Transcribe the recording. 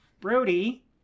Brody